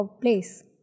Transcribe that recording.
place